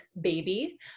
Baby